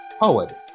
Howard